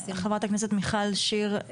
חברת הכנסת מיכל שיר,